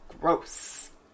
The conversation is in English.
gross